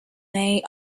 they